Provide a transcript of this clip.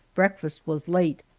breakfast was late,